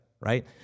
right